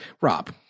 Rob